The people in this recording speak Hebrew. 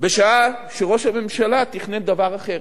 בשעה שראש הממשלה תכנן דבר אחר.